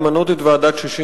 למנות את ועדת-ששינסקי,